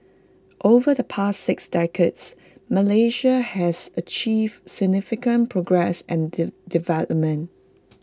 over the past six decades Malaysia has achieved significant progress and development